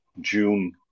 June